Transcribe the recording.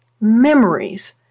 memories